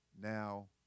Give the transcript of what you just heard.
now